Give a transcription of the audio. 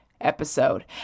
episode